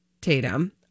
Tatum